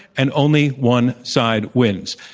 and only one side wins.